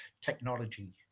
technology